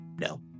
no